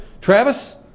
Travis